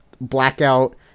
Blackout